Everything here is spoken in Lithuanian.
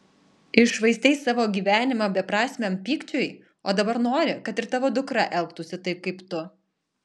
iššvaistei savo gyvenimą beprasmiam pykčiui o dabar nori kad ir tavo dukra elgtųsi taip kaip tu